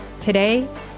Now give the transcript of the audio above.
Today